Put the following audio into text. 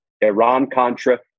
Iran-Contra